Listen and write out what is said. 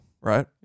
right